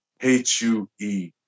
H-U-E